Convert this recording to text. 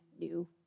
new